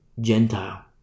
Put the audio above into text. Gentile